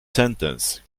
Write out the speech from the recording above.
sentence